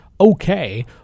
okay